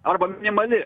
arba minimali